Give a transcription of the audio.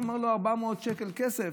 הוא אומר לו: "ארבע מאת שקל כסף